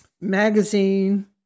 magazine